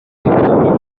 more